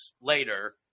later